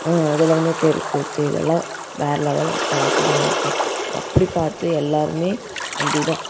அதில் வந்து தெருக்கூத்து இதெல்லாம் வேறே லெவல் அட்டகாசமாக இருக்கும் அப்படி பார்த்து எல்லோருமே அந்த இதை